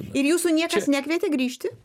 ir jūsų niekas nekvietė grįžti